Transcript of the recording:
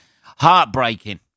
heartbreaking